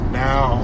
now